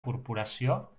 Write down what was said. corporació